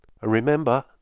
remember